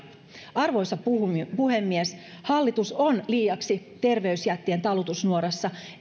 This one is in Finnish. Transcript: arvoisa puhemies puhemies hallitus on liiaksi terveysjättien talutusnuorassa